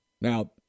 Now